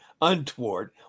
untoward